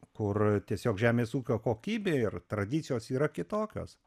kur tiesiog žemės ūkio kokybė ir tradicijos yra kitokios